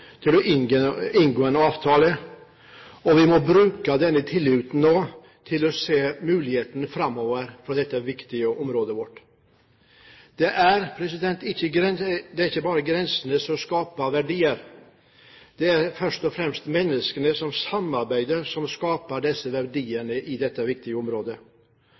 å inngå en avtale, og nå må vi bruke denne tilliten til å se muligheter framover på dette viktige området. Det er ikke grensene som skaper verdier. Det er menneskene som samarbeider, som skaper disse verdiene i dette viktige området.